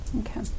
Okay